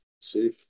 see